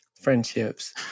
Friendships